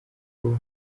bwo